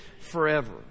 forever